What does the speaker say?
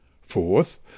Fourth